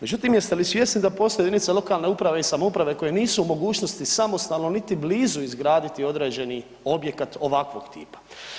Međutim, jeste li svjesni da postoje jedinice lokalne uprave i samouprave koje nisu u mogućnosti samostalno niti blizu izgraditi određeni objekat ovakvog tipa?